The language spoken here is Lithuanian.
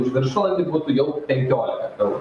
už viršvalandį būtų jau penkiolika eurų